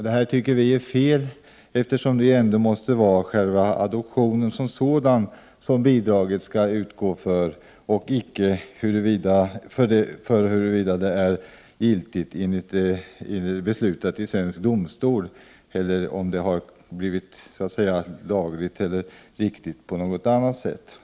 Det tycker vi är fel, eftersom det ändå måste vara själva adoptionen som sådan som bidraget skall utgå för, oberoende av om adoptionen är beslutad i svensk domstol eller blivit laglig på annat sätt.